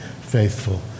faithful